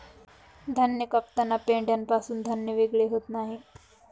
धान्य कापताना पेंढ्यापासून धान्य वेगळे होत नाही